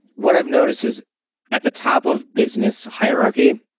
what i notice is at the top of business hierarchy,